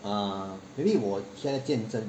uh maybe 我 share 见证